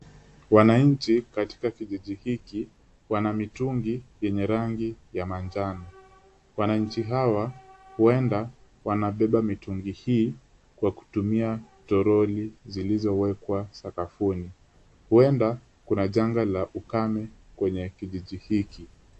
Wananchi katika kijiji hiki wana mitungi yenye rangi ya manjano. Wananchi hawa huenda wanabeba mitungi hii kwa kutumia toroli zilizowekwa sakafuni. Huenda kuna janga la ukame kwenye kijiji hiki.